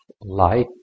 light